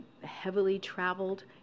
heavily-traveled